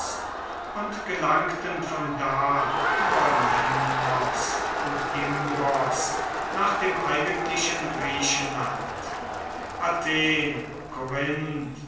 und gelangten von da über lemnos und imbros nach dem eigentlichen griechenland athen